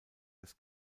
des